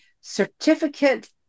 certificate